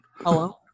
Hello